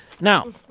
Now